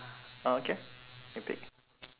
uh okay you pick